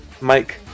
Mike